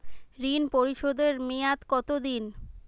ঋণ পরিশোধের মেয়াদ কত দিন?